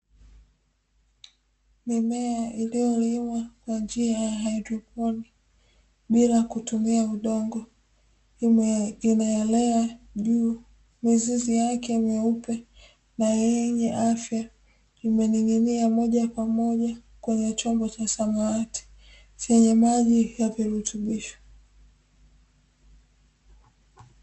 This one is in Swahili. Mimea iliyolimwa kwa njia ya haidroponi bila kutumia udongo, inaelea juu mizizi yake meupe na yenye afya, imening'inia moja kwa moja, kwenye chombo cha samawati chenye maji ya virutubisho.